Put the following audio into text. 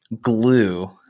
glue